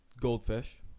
Goldfish